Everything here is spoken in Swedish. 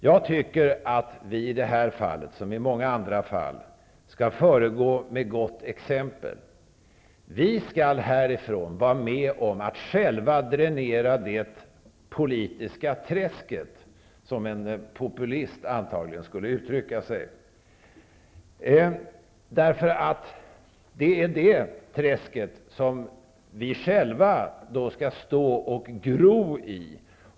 Jag tycker att vi i det här fallet -- liksom i många andra fall -- skall föregå med gott exempel. Vi bör härifrån vara med om att själva dränera det politiska träsket -- som en populist antagligen skulle uttrycka sig. Det är detta träsk som vi själva står och gror i.